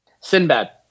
Sinbad